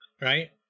Right